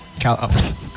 Cal